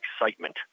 excitement